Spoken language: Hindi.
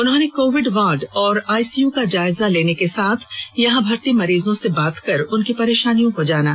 उन्होंने कोविड वार्ड और आईसीयू का जायजा लेने के साथ यहां भर्ती मरीजों से बात कर उनकी परेशानियों को जाना